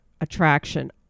attraction